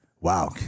wow